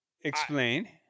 Explain